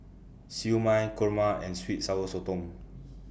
Siew Mai Kurma and Sweet Sour Sotong